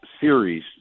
series